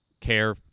care